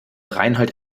reinhold